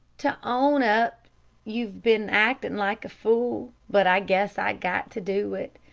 to own up you've been actin' like a fool, but i guess i got to do it.